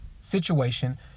situation